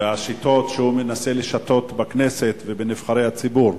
והשיטות שבהן הוא מנסה לשטות בכנסת ובנבחרי הציבור.